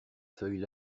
feuilles